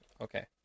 Okay